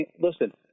listen